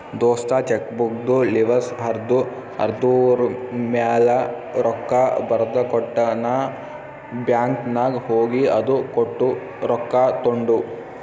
ದೋಸ್ತ ಚೆಕ್ಬುಕ್ದು ಲಿವಸ್ ಹರ್ದು ಅದೂರ್ಮ್ಯಾಲ ರೊಕ್ಕಾ ಬರ್ದಕೊಟ್ಟ ನಾ ಬ್ಯಾಂಕ್ ನಾಗ್ ಹೋಗಿ ಅದು ಕೊಟ್ಟು ರೊಕ್ಕಾ ತೊಂಡು